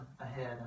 ahead